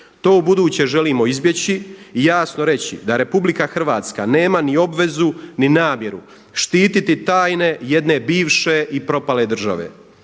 To u buduće želimo izbjeći i jasno reći, da RH nema ni obvezu ni namjeru štititi tajne jedne bivše i propale države.